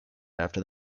after